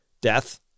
death